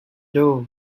doe